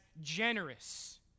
generous